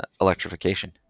electrification